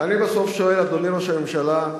ואני בסוף שואל, אדוני ראש הממשלה,